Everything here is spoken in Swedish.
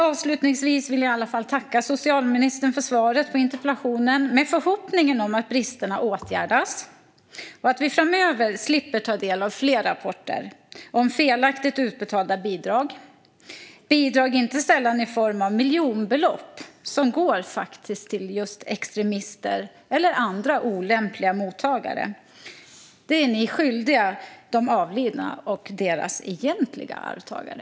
Avslutningsvis vill jag i alla fall tacka socialministern för svaret på interpellationen, med förhoppning om att bristerna åtgärdas och att vi framöver slipper ta del av fler rapporter om felaktigt utbetalda bidrag, inte sällan i form av miljonbelopp som faktiskt går till just extremister eller andra olämpliga mottagare. Detta är ni skyldiga de avlidna och deras egentliga arvtagare.